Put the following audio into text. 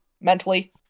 mentally